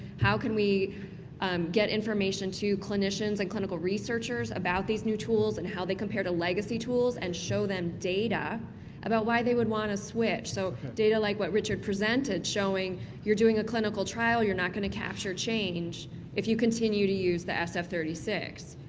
how can we get information to clinicians and clinical researchers about these new tools and how they compare to legacy tools and show them data about why they would want to switch. so data like what richard presented showing you're doing a clinical trial, you're not going to capture change if you continue to use the s f three six.